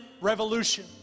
revolution